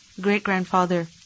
great-grandfather